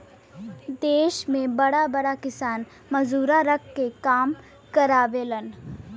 देस के बड़ा बड़ा किसान मजूरा रख के काम करावेलन